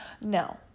No